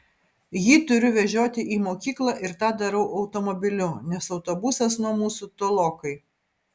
jį turiu vežioti į mokyklą ir tą darau automobiliu nes autobusas nuo mūsų tolokai